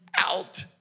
out